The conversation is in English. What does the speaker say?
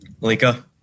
Malika